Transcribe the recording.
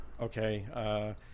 Okay